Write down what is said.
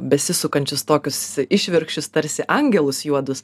besisukančius tokius išvirkščius tarsi angelus juodus